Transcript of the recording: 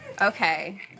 Okay